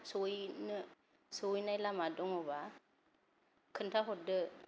थाब सहैनो सहैनाय लामा दङबा खोन्थाहरदो